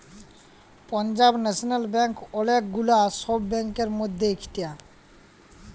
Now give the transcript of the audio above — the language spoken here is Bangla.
পাঞ্জাব ল্যাশনাল ব্যাঙ্ক ওলেক গুলা সব ব্যাংকের মধ্যে ইকটা